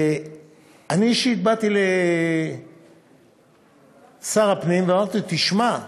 אני אישית באתי לשר הפנים ואמרתי לו: תשמע,